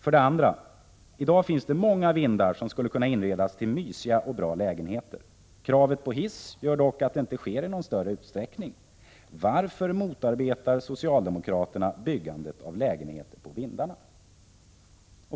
För det andra: I dag finns det många vindar som skulle kunna inredas till mysiga och bra lägenheter. Kravet på hiss gör dock att det inte sker i någon större utsträckning. Varför motarbetar socialdemokraterna byggandet av lägenheter på vindarna?